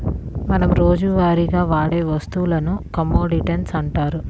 మనం రోజువారీగా వాడే వస్తువులను కమోడిటీస్ అంటారు